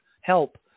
help